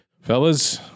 Fellas